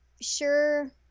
sure